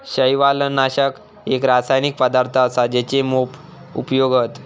शैवालनाशक एक रासायनिक पदार्थ असा जेचे मोप उपयोग हत